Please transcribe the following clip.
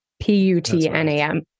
P-U-T-N-A-M